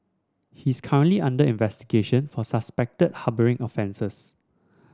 he is currently under investigation for suspected harbouring offences